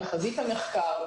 בחזית המחקר,